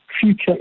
future